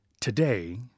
Today